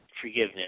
forgiveness